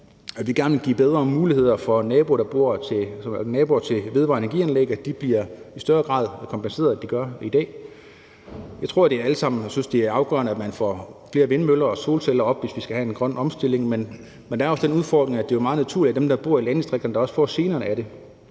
at vi gerne vil give bedre muligheder for, at naboer til vedvarende energi-anlæg i større grad bliver kompenseret, end de gør i dag. Jeg tror, vi alle sammen synes, det er afgørende, at vi får flere vindmøller og solceller op, hvis vi skal have en grøn omstilling, men der er også den udfordring, at det jo meget naturligt er dem, der bor i landdistrikterne, der også får generne af den.